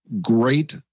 great